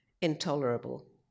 intolerable